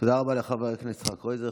תודה רבה לחבר הכנסת יצחק קרויזר.